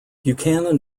buchanan